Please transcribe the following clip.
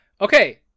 Okay